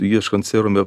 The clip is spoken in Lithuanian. ieškant serume